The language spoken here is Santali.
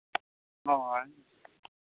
ᱦᱳᱭ